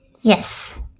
Yes